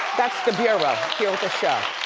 that's the bureau here at the show.